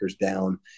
down